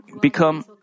become